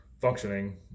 functioning